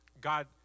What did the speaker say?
God